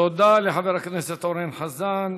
תודה לחבר הכנסת אורן חזן.